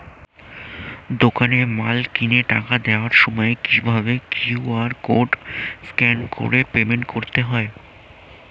দোকানে মাল কিনে টাকা দেওয়ার সময় কিভাবে কিউ.আর কোড স্ক্যান করে পেমেন্ট করতে হয়?